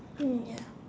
mm ya